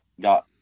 got